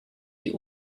die